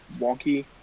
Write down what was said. wonky